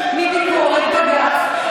לחלוטין מביקורת של בג"ץ,